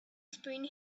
spoon